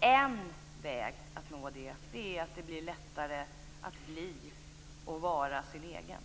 En väg att nå detta är att göra det lättare att bli och vara sin egen.